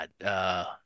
God –